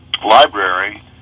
library